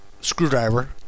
screwdriver